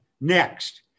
Next